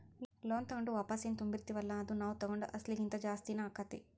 loan ತಗೊಂಡು ವಾಪಸೆನ್ ತುಂಬ್ತಿರ್ತಿವಲ್ಲಾ ಅದು ನಾವ್ ತಗೊಂಡ್ ಅಸ್ಲಿಗಿಂತಾ ಜಾಸ್ತಿನ ಆಕ್ಕೇತಿ